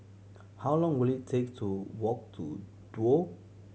how long will it take to walk to Duo